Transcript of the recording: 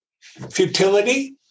Futility